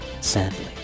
sadly